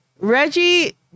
Reggie